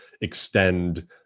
extend